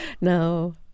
no